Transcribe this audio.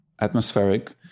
atmospheric